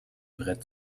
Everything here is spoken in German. brett